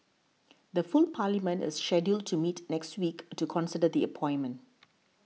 the full parliament is scheduled to meet next week to consider the appointment